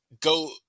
go